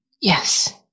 Yes